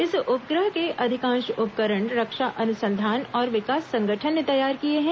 इस उपग्रह के अधिकांश उपकरण रक्षा अनुसंधान और विकास संगठन ने तैयार किए हैं